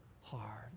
hard